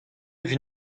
evit